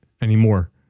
anymore